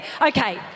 Okay